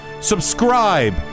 subscribe